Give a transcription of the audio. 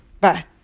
Bye